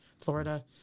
Florida